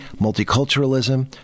multiculturalism